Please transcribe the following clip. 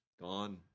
gone